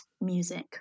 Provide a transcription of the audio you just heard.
music